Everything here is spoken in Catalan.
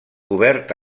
cobert